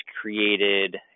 created